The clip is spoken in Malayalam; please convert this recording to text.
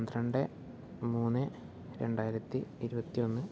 പന്ത്രണ്ട് മൂന്ന് രണ്ടായിരത്തി ഇരുപത്തി ഒന്ന്